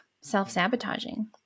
self-sabotaging